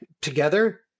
together